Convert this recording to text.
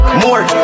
more